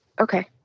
Okay